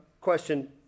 question